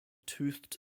toothed